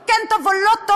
הוא כן טוב או לא טוב?